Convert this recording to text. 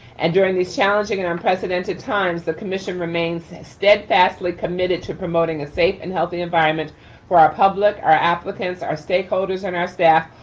and during these challenging and unprecedented times, the commission remains steadfastly committed to promoting a safe and healthy environment for our public, our applicants, our stakeholders, and our staff,